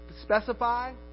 specify